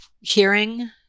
hearing